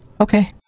Okay